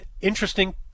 interesting